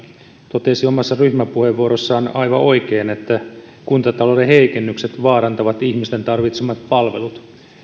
totesi omassa ryhmäpuheenvuorossaan aivan oikein että kuntatalouden heikennykset vaarantavat ihmisten tarvitsemat palvelut